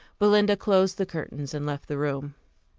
belinda closed the curtains and left the room.